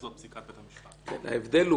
של תקופות ההתיישנות בעבירות צבאיות רגילות,